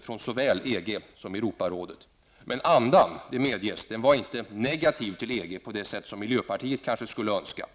från såväl EG som Europarådet. Men det medges att andan inte var negativ till EG på det sätt som miljöpartiet kanske skulle önska.